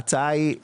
ההצעה היא